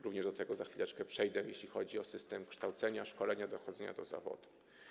Również do tego za chwileczkę przejdę, jeśli chodzi o system kształcenia, szkolenia, dochodzenia do zawodu.